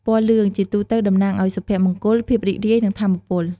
ពណ៌លឿង ជាទូទៅតំណាងឱ្យ សុភមង្គល ភាពរីករាយ និង ថាមពល។